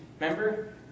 Remember